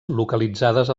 localitzades